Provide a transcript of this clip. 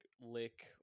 lick